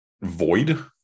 void